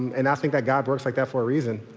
and ah think that god works like that for a reason.